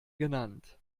genannt